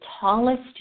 tallest